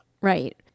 Right